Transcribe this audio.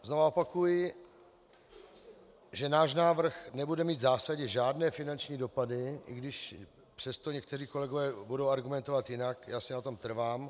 Znova opakuji, že náš návrh nebude mít v zásadě žádné finanční dopady, i když přesto někteří kolegové budou argumentovat jinak, já si na tom trvám.